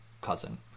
cousin